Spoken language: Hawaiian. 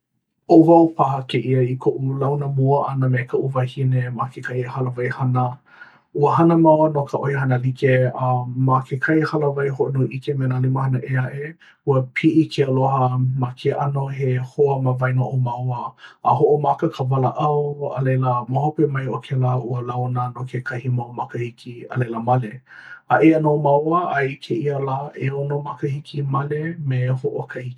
ʻO wau paha kēia i koʻu launa mua ʻana me kaʻu wahine ma kahi hālawai hana. Ua hana māua no ka ʻoihana like a ma kekahi hālāwai hoʻonuiʻike me nā limahana ʻē aʻe. Ua piʻi ke aloha ma ke ʻano he hoa ma waena o māua a hoʻomaka ka walaʻau a laila ma hope mai o kēla ua launa no kekahi mau makahiki a laila male. A eia nō māua a i kēia lā 6 makahiki male me hoʻokahi keiki.